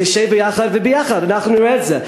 נשב ביחד, וביחד אנחנו נראה את זה.